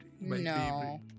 no